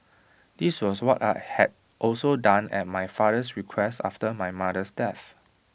this was what I had also done at my father's request after my mother's death